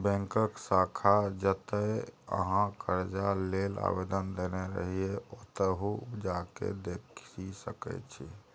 बैकक शाखा जतय अहाँ करजा लेल आवेदन देने रहिये ओतहु जा केँ देखि सकै छी